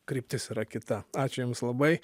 kryptis yra kita ačiū jums labai